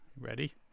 Ready